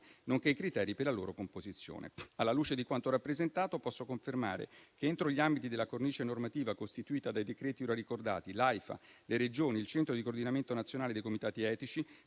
nonché i criteri per la loro composizione. Alla luce di quanto rappresentato, posso confermare che, entro gli ambiti della cornice normativa costituita dai decreti ora ricordati, l'Aifa, le Regioni e il centro di coordinamento nazionale dei comitati etici